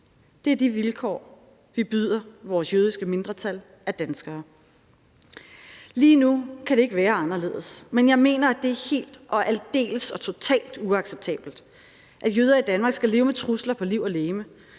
Det er de vilkår, vi byder vores jødiske mindretal af danskere. Lige nu kan det ikke være anderledes, men jeg mener, det er helt og aldeles og totalt uacceptabelt, at jøder i Danmark skal leve med trusler på liv og legeme,